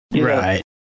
Right